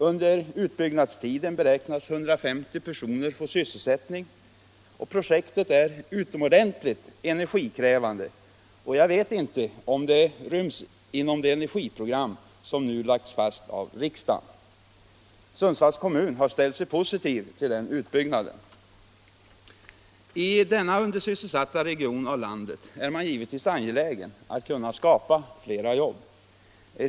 Under utbyggnadstiden beräknas 150 personer få sysselsättning. Projektet är utomordentligt energikrävande, och jag vet inte om det ryms inom det energiprogram som nu lagts fast av riksdagen. Sundsvalls kommun har ställt sig positiv till utbyggnaden. I denna undersysselsatta region av landet är man givetvis angelägen att kunna Allmänpolitisk debatt debatt skapa fler jobb.